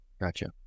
gotcha